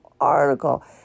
article